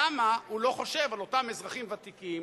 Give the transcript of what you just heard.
למה הוא לא חושב על אותם אזרחים ותיקים